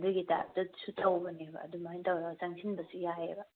ꯑꯗꯨꯒꯤ ꯇꯥꯏꯞꯇꯁꯨ ꯇꯧꯕꯅꯦꯕ ꯑꯗꯨꯃꯥꯏ ꯇꯧꯔꯒ ꯆꯪꯁꯤꯟꯕꯁꯨ ꯌꯥꯏꯌꯦꯕ